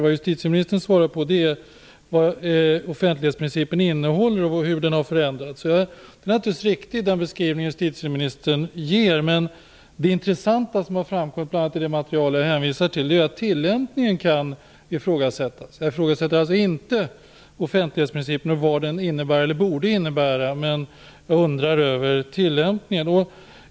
Det justitieministern svarar på är vad offentlighetsprincipen innehåller och hur den har förändrats. Den beskrivning som justitieministern ger är naturligtvis riktig. Men det intressanta som har framkommit, bl.a. i det material jag hänvisar till, är att tillämpningen kan ifrågasättas. Jag ifrågasätter alltså inte offentlighetsprincipen och vad den innebär eller borde innebära. Men jag undrar över tillämpningen.